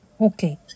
Okay